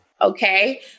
okay